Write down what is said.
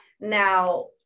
now